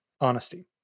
honesty